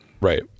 right